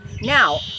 Now